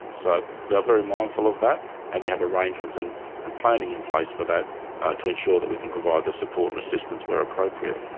so we are very mindful of that and we have arrangements and and planning in place for that to ensure that we can provide the support and assistance where appropriate.